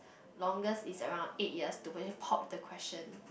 longest is around eight years to actually pop the question